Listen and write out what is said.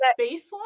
baseline